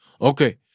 Okay